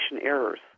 errors